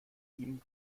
ihm